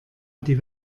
die